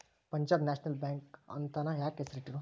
Punjab national bank ಅಂತನ ಯಾಕ್ ಹೆಸ್ರಿಟ್ರು?